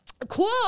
Cool